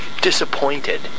disappointed